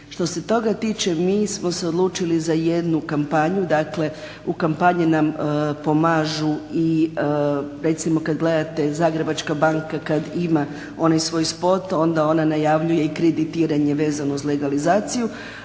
Što se toga tiče mi smo se odlučili za jednu kampanju dakle u kampanji pomažu i recimo kada gledamo Zagrebačka banka kada ima onaj svoj spot onda ona najavljuje i kreditiranje vezano uz legalizaciju.